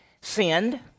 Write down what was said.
sinned